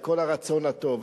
על כל הרצון הטוב,